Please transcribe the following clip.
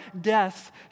death